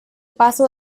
paso